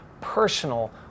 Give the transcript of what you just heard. personal